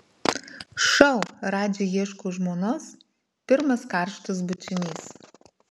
šou radži ieško žmonos pirmas karštas bučinys